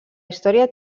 història